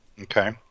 Okay